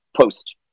post